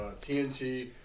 TNT